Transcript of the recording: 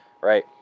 right